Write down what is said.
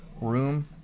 room